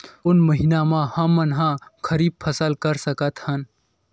कोन महिना म हमन ह खरीफ फसल कर सकत हन?